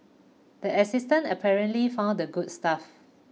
the assistant apparently found the good stuff